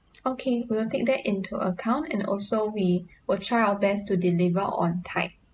okay we'll take that into account and also we will try our best to deliver on time